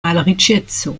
malriĉeco